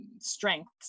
strengths